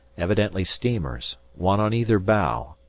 evidently steamers, one on either bow,